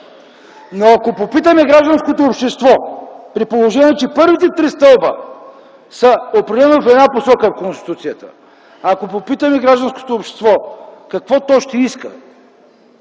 това е гражданското общество. Но при положение, че първите три стълба са определено в една посока в Конституцията, ако попитаме гражданското общество какво то ще иска,